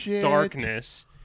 darkness